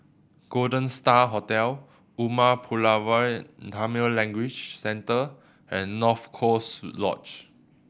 Golden Star Hotel Umar Pulavar Tamil Language Centre and North Coast Lodge